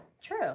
true